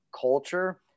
culture